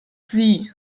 sie